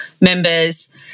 members